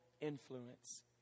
influence